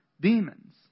demons